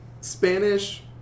Spanish